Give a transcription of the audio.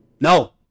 No